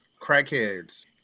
crackheads